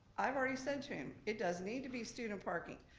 i've already said to him, it doesn't need to be student parking.